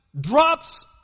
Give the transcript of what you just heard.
drops